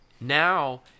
Now